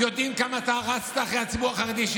יודעים כמה אתה רצת אחרי הציבור החרדי,